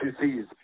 disease